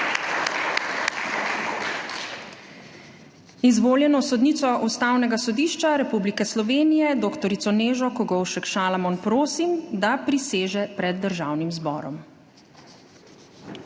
Izvoljeno sodnico Ustavnega sodišča Republike Slovenije dr. Nežo Kogovšek Šalamon prosim, da priseže pred državnim zborom.